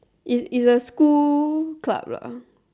is is a school club lah